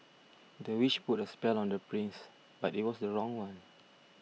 the witch put a spell on the prince but it was the wrong one